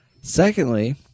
Secondly